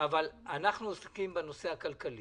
אבל אנחנו עוסקים בנושא הכלכלי.